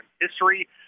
history